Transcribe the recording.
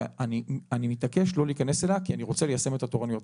ואני מתעקש לא להיכנס אליה כי אני רוצה ליישם את התורנויות.